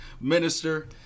minister